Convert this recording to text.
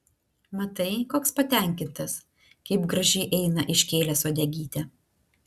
matai koks patenkintas kaip gražiai eina iškėlęs uodegytę